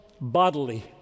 bodily